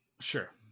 sure